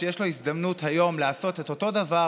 שיש לו הזדמנות היום לעשות את אותו דבר,